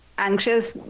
Anxious